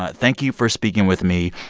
but thank you for speaking with me.